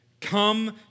Come